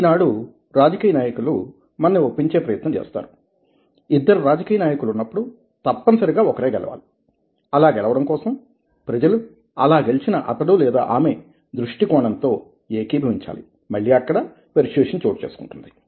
ఈనాడు రాజకీయ నాయకులు మనని ఒప్పించే ప్రయత్నం చేస్తారు ఇద్దరు రాజకీయ నాయకులు ఉన్నప్పుడు తప్పనిసరిగా ఒకరే గెలవాలి అలా గెలవడం కోసం ప్రజలు అలా గెలిచిన అతడు లేదా ఆమె దృష్టికోణంతో ఏకీభవించాలి మళ్లీ అక్కడ పెర్సుయేసన్ చోటు చేసుకుంటుంది